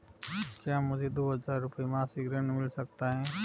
क्या मुझे दो हज़ार रुपये मासिक ऋण मिल सकता है?